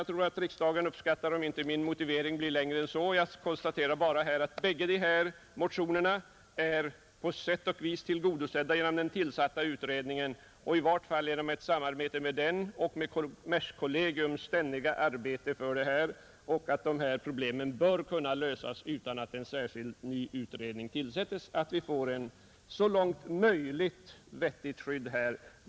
Jag tror att riksdagen uppskattar om min motivering inte blir längre än så. Jag konstaterar bara att båda de här motionernas krav på sätt och vis har tillgodosetts genom den tillsatta utredningen, och i vart fall pågår ett samarbete mellan den och kommerskollegium, som ständigt sysslar med dessa frågor. Jag tror alltså att vi skall kunna åstadkomma ett vettigt skydd utan att en ny utredning behöver tillsättas.